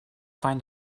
find